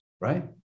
right